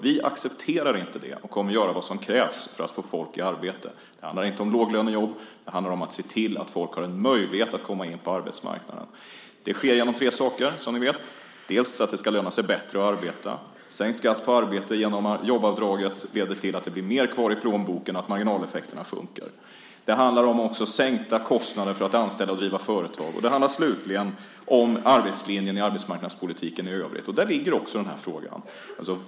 Vi accepterar inte det, och vi kommer att göra vad som krävs för att få folk i arbete. Det handlar inte om låglönejobb. Det handlar om att se till att folk har en möjlighet att komma in på arbetsmarknaden. Det sker med hjälp av tre saker, som ni vet: dels att det ska löna sig bättre att arbeta - det vill säga sänkt skatt på arbete med hjälp av jobbavdraget leder till att det blir mer kvar i plånboken och att marginaleffekterna sjunker - dels sänkta kostnader för att anställa och driva företag och dels, slutligen, handlar det om arbetslinjen i arbetsmarknadspolitiken i övrigt. Där ligger denna fråga.